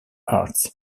arts